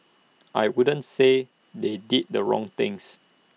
I wouldn't say they did the wrong things